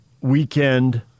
weekend